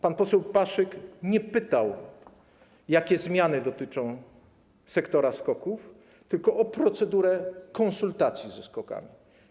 Pan poseł Paszyk nie pytał, jakie zmiany dotyczą sektora SKOK-ów, tylko pytał o procedurę konsultacji ze SKOK-ami.